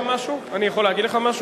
אני יכול להגיד לך משהו?